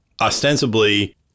ostensibly